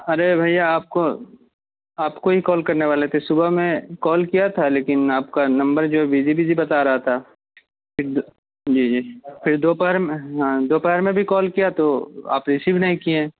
ارے بھیا آپ کو آپ کو ہی کال کرنے والے تھے صبح میں کال کیا تھا لیکن آپ کا نمبرجو ہے بزی بزی بتا رہا تھا پھر دو جی جی پھر دوپہر میں ہاں دوپہر میں بھی کال کیا تو آپ ریسیو نہیں کیے